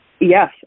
Yes